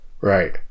Right